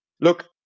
Look